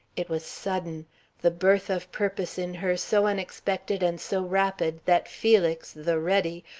it was sudden the birth of purpose in her so unexpected and so rapid that felix, the ready,